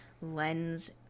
lens